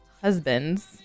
husbands